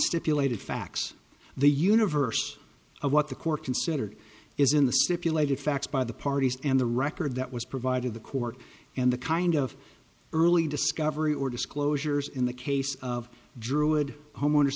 stipulated facts the universe of what the court considered is in the stipulation facts by the parties and the record that was provided the court and the kind of early discovery or disclosures in the case of druid homeowners